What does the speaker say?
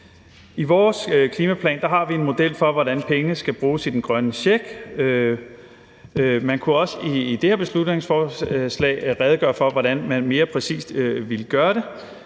I vores klimaplan har vi en model for, hvordan pengene skal bruges i den grønne check. Man kunne også i det her beslutningsforslag have redegjort for, hvordan man mere præcis ville gøre det.